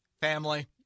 Family